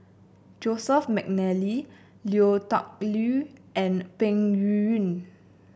Joseph McNally Lui Tuck Yew and Peng Yuyun